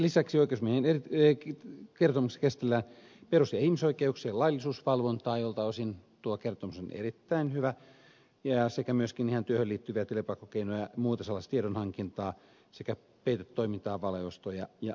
lisäksi oikeusasiamiehen kertomuksessa käsitellään perus ja ihmisoikeuksien laillisuusvalvontaa jolta osin tuo kertomus on erittäin hyvä sekä myöskin ihan työhön liittyviä telepakkokeinoja ja muuta sellaista tiedonhankintaa sekä peitetoimintaa valeostoja ja niin edelleen